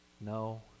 no